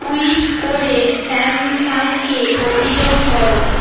tweet করে স্যামসাংকে অভিযোগ করো